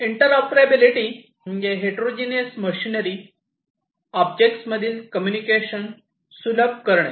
interoperability म्हणजे heterogeneous machinery objects मधील communication सुलभ करणे